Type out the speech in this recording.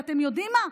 ואתם יודעים מה?